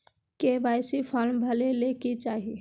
KYC form भरे ले कि चाही?